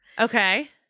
Okay